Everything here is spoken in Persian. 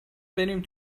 بریم